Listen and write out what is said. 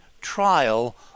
trial